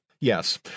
Yes